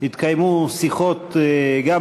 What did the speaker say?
התקיימו שיחות בנושא הזה,